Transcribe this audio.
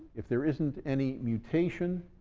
if there isn't any mutation,